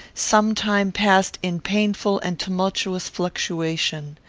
some time passed in painful and tumultuous fluctuation.